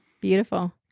Beautiful